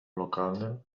lokalnym